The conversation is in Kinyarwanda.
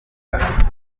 gahato